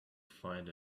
find